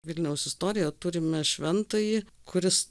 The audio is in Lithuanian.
vilniaus istoriją turime šventąjį kuris